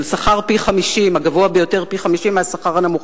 שהשכר הגבוה ביותר לא יעלה על פי-50 מהשכר הנמוך.